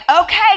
okay